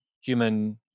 human